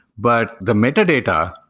but the metadata,